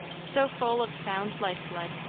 so full of sound life-blood,